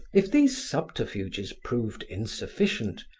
if these subterfuges proved insufficient,